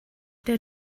der